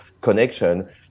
connection